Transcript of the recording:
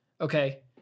Okay